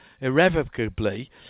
irrevocably